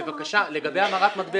באמת.